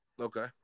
Okay